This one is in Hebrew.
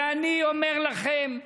ואני אומר לכם,